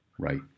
Right